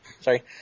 Sorry